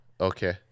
Okay